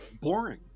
boring